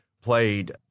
played